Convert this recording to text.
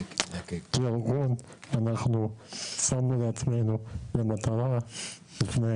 כארגון אנחנו שמנו לעצמנו למטרה לפני